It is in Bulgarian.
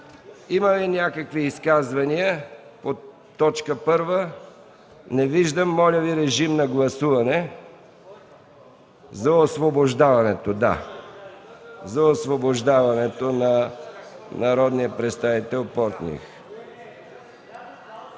Има ли някакви изказвания по точка първа? Не виждам. Моля, режим на гласуване за освобождаването на народния представител Портних.